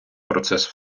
процес